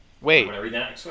Wait